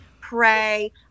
pray